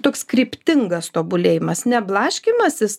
toks kryptingas tobulėjimas ne blaškymasis